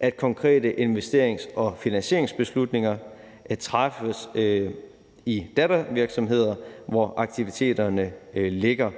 at konkrete investerings- og finansieringsbeslutninger træffes i dattervirksomheder, hvor aktiviteterne ligger,